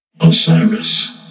Osiris